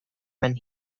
when